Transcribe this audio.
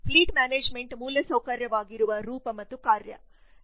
fleet management ಮೂಲಸೌಕರ್ಯವಾಗಿರುವ ರೂಪ ಮತ್ತು ಕಾರ್ಯ